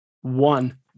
one